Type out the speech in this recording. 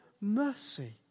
mercy